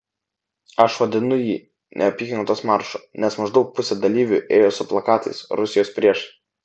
aš vadinu jį neapykantos maršu nes maždaug pusė dalyvių ėjo su plakatais rusijos priešai